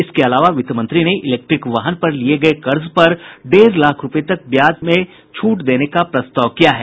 इसके अलावा वित्तमंत्री ने इलेक्ट्रीक वाहन पर लिये गये कर्ज पर डेढ लाख रूपये तक ब्याज पर कर छूट देने का भी प्रस्ताव किया है